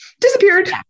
disappeared